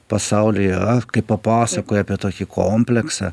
pasaulyje kai papasakoja apie tokį kompleksą